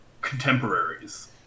contemporaries